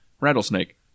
rattlesnake